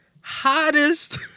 hottest